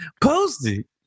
posted